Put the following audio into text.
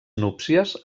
núpcies